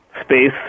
space